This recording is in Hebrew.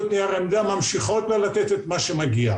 את נייר העמדה ממשיכות לא לתת את מה שמגיע.